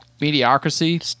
mediocrity